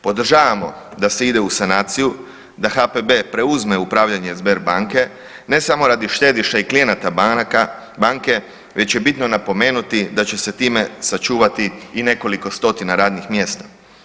Podržavamo da se ide u sanaciju, da HPB preuzme upravljanje Sberbanke, ne samo radi štediša i klijenata banaka, banke, već je bitno napomenuti da će se time sačuvati i nekoliko stotina radnih mjesta.